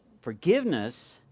forgiveness